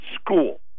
school